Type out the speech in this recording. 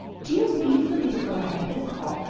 do you mean for me to go ahead and call,